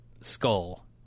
skull